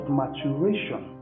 maturation